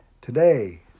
Today